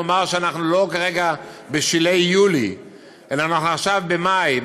נאמר שאנחנו לא כרגע בשלהי יולי אלא אנחנו עכשיו במאי,